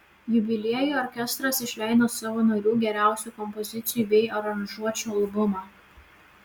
jubiliejui orkestras išleido savo narių geriausių kompozicijų bei aranžuočių albumą